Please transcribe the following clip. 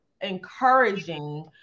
encouraging